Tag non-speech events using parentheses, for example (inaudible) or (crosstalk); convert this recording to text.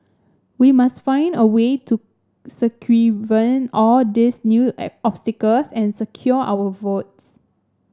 we must find a way to circumvent all these new (unintelligible) obstacles and secure our votes